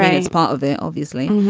ah it's part of it, obviously.